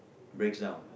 breaks down